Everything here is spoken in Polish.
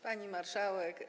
Pani Marszałek!